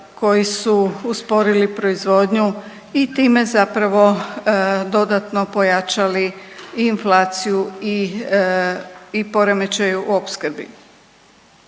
koji su usporili proizvodnju i time zapravo dodatno pojačali i inflaciju i poremećaj u opskrbi.